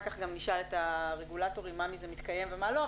כך גם נשאל את הרגולטורים מה מזה מתקיים ומה לא,